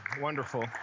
Wonderful